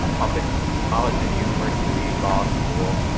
public ah college, and university law school.